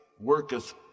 worketh